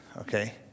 okay